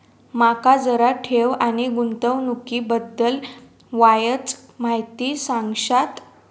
माका जरा ठेव आणि गुंतवणूकी बद्दल वायचं माहिती सांगशात?